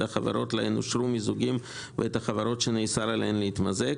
החברות להן אושרו מיזוגים ואת החברות שנאסר עליהן להתמזג.